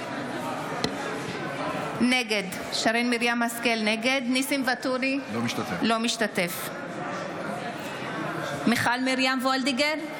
נגד ניסים ואטורי, לא משתתף מיכל מרים וולדיגר,